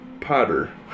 Potter